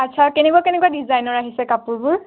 আচ্ছা কেনেকুৱা কেনেকুৱা ডিজাইনৰ আহিছে কাপোৰবোৰ